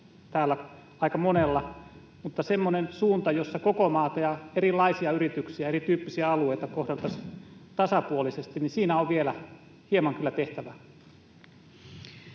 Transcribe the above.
täällä aika monella, mutta semmoinessa suunnassa, että koko maata, erilaisia yrityksiä ja erityyppisiä alueita kohdeltaisiin tasapuolisesti, on vielä hieman kyllä